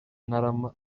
ntarama